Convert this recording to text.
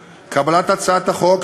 ש"ח.